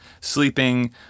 sleeping